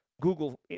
Google